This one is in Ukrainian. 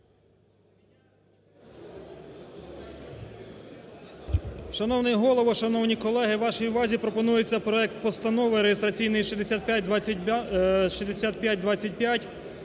Шановний Голово, шановні колеги. Вашій увазі пропонується проект Постанови (реєстраційний 6525)